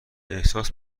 احساس